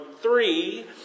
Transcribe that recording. three